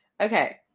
Okay